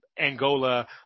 Angola